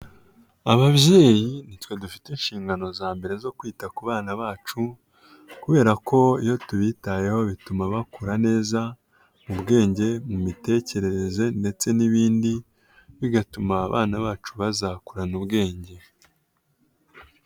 Ababyeyi nitwe dufite inshingano za mbere zo kwita ku bana bacu, kubera ko iyo tubitayeho bituma bakura neza mu bwenge, mu mitekerereze, ndetse n'ibindi, bigatuma abana bacu bazakurana ubwenge.